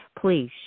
Please